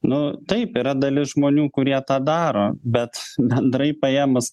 nu taip yra dalis žmonių kurie tą daro bet bendrai paėmus